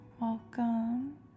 Welcome